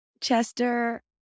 Chester